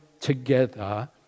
together